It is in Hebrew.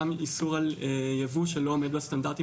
גם איסור על יבוא שלא עומד בסטנדרטים